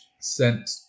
sent